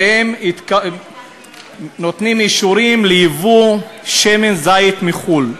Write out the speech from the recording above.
והם נותנים אישורים לייבוא שמן זית מחו"ל.